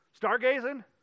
stargazing